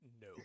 no